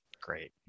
Great